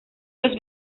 los